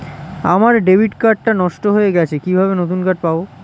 আমার debit card টা নষ্ট হয়ে গেছে কিভাবে নতুন কার্ড পাব?